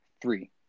three